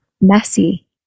messy